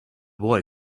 boy